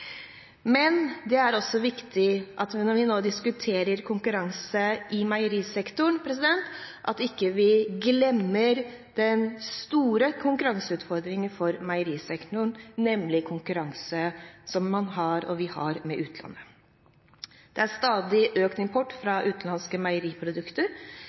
Men det er også viktig at vi, når vi nå diskuterer konkurranse i meierisektoren, ikke glemmer den store konkurranseutfordringen for meierisektoren, nemlig konkurransen vi har med utlandet. Det er stadig økt import fra utenlandske meieriprodukter,